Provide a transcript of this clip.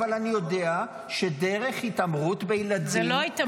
אבל אני יודע שדרך התעמרות בילדים -- זאת לא התעמרות.